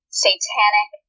satanic